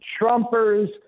Trumpers